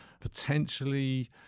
potentially